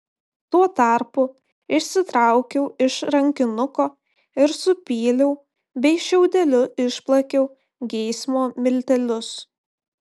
tuo tarpu išsitraukiau iš rankinuko ir supyliau bei šiaudeliu išplakiau geismo miltelius